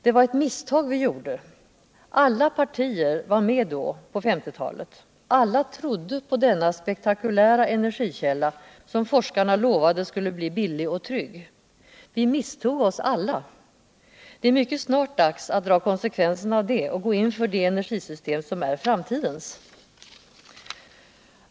Det var ett misstag vi gjorde på 1950-talet. Alla partier var då med och alla trodde på denna spektakulära energikälla, som forskarna lovade skulle bli billig och trygg. Vi misstog oss alla. Det är mycket snart dags att dra konsekvenserna härav och gå in för de energisystem som är framtidens.